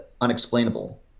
unexplainable